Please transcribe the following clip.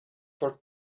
for